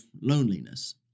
loneliness